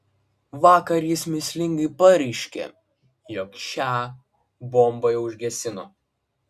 vakar jis mįslingai pareiškė jog šią bombą jau užgesino